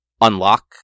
unlock